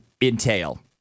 entail